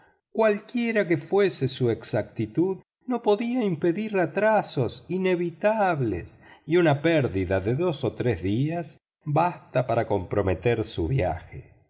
cualquiera que fuese su exactitud no podía impedir atrasos inevitables y una pérdida de dos o tres días basta para comprometer su viaje